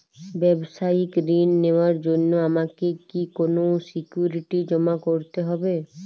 ব্যাবসায়িক ঋণ নেওয়ার জন্য আমাকে কি কোনো সিকিউরিটি জমা করতে হবে?